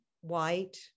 white